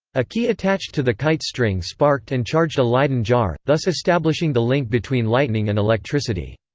a key attached to the kite string sparked and charged a leyden jar, thus establishing the link between lightning and electricity.